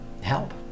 help